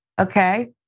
okay